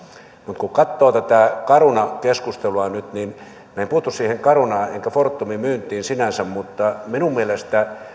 mutta kun katsoo tätä caruna keskustelua nyt niin minä en puutu siihen carunaan enkä fortumin myyntiin sinänsä mutta